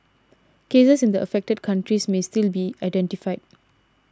cases in the affected countries may still be identified